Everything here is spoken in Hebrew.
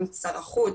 גם שר החוץ,